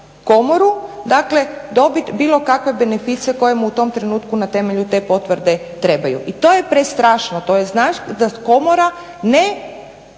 komoru dakle dobit bilo kakve beneficije koje mu u tom trenutku na temelju te potvrde trebaju. I to je prestrašno, to je znak da komora ne